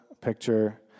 picture